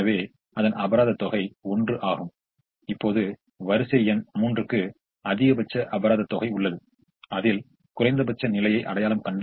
எனவே ஒரு யூனிட்டுக்கு ஒன்று தான் லாபம் என்ற விகிதத்தில் 25 யூனிட்டுகளுக்கு 25 லாபமாகும் எனவே 590 25 என்பதின் மூலம் நமக்கு 565 கிடைக்கிறது